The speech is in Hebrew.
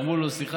ואמרו לו: סליחה,